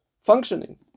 functioning